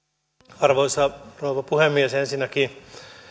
arvoisa rouva puhemies ensinnäkin